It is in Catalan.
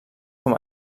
com